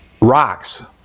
rocks